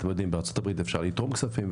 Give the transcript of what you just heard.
בארה"ב אפשר לתרום כספים,